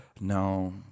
No